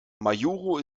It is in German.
majuro